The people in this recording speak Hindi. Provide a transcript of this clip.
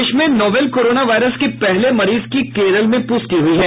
देश में नोवेल कोरोना वायरस के पहले मरीज की केरल में पुष्टि हुई है